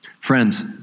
Friends